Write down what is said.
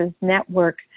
Network